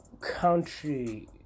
country